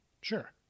Sure